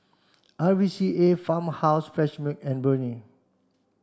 R V C A Farmhouse Fresh Milk and Burnie